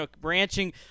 Branching –